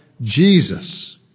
Jesus